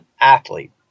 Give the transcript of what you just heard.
athlete